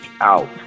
out